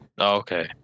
Okay